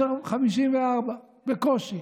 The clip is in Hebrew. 55 ו-54 בקושי,